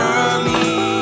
early